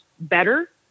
better